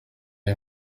iyi